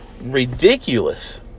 ridiculous